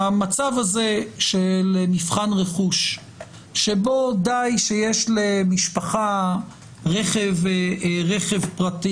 המצב הזה של מבחן רכוש שבו די שיש למשפחה רכב פרטי